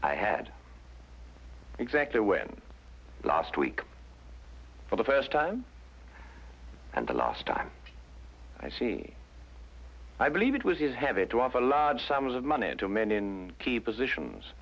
i had exactly when last week for the first time and the last time i see i believe it was is having to have a large sums of money to men in key positions